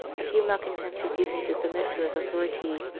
a few malcontents refusing to submit to his authority,